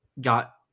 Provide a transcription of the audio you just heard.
got